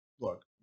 Look